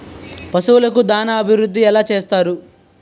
పశువులకు దాన అభివృద్ధి ఎలా చేస్తారు?